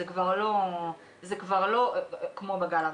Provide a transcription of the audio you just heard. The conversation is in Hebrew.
זה כבר לא כמו בגל הראשון.